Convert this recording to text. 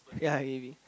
ya maybe